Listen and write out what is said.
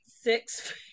six